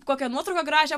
kokią nuotrauką gražią